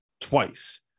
twice